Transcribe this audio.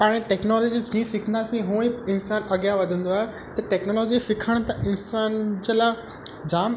पाण टैक्नोलॉजी जीअं सिखंदासीं हूअं ई इंसान अॻियां वधंदो आहे त टैक्नोलॉजी सिखण त इंसान जे लाइ जाम